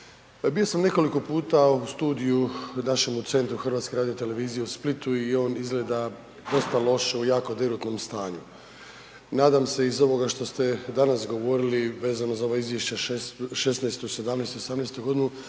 Bio sam nekoliko puta u studiju u našem centru HRT-u u Splitu i on izgleda dosta loše u jako derutnom stanju. Nadam se iz ovoga što ste danas govorili vezano za ova izvješća '16., '17., 18. godinu